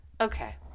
Okay